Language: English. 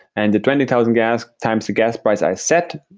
and the twenty thousand gas times the gas price i set,